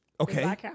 Okay